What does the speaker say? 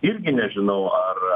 irgi nežinau ar